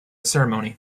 ceremony